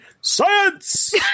science